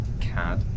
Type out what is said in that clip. Cad